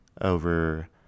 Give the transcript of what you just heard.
over